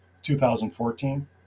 2014